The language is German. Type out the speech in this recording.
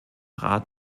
rat